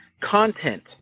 content